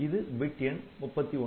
இது பிட் எண் '31'